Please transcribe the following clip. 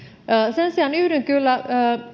sen sijaan yhdyn kyllä